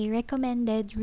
recommended